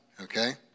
Okay